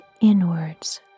inwards